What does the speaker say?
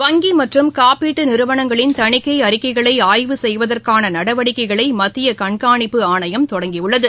வங்கி மற்றும் காப்பீட்டு நிறுவனங்களின் தணிக்கை அறிக்கைகளை ஆய்வு செய்வதற்கான நடவடிக்கைகளை மத்திய கண்காணிப்பு ஆணையம் தொடங்கியுள்ளது